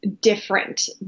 different